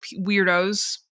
weirdos